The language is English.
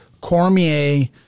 Cormier